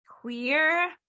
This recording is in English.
queer